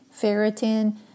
ferritin